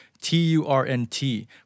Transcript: T-U-R-N-T